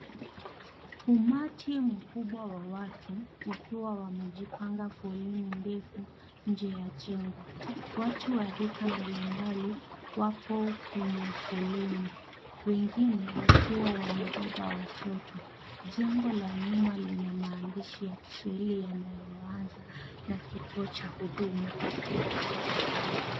Umati mkubwa wa watatu wakiwa wamejipanga foleni ndefu nje ya njengo. Watu wa rika mbalimbali wako kwenye foleni wengine wakiwa wamebeba watoto. Jengo la nyuma lina maandishi ya Kiswahili yanayoanza na kituo cha huduma.